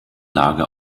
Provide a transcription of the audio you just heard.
lage